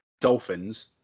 Dolphins